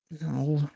no